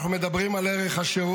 אנחנו מדברים על ערך השירות,